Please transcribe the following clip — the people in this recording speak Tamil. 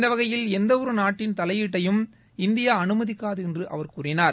இந்த வகையில் எந்த ஒரு நாட்டின் தலையீட்டையும் இந்தியா அனுமதிக்காது என்று அவர் கூறினார்